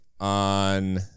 on